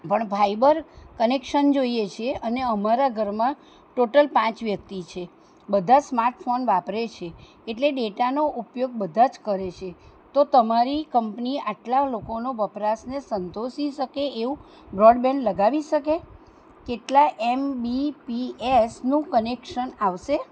પણ fibre connection જોઈએ છીએ અને અમારા ઘરમાં ટોટલ પાંચ વ્યક્તિ છે બધાં જ સ્માર્ટ ફોન વાપરે છે એટલે ડેટાનો ઉપયોગ બધાં જ કરે છે તો તમારી કંપની આટલા લોકોનો વપરાશને સંતોષી શકે એવું બ્રોડબેન્ડ લગાવી શકે કેટલા એમબીપીએસ નું કનેક્શન આવશે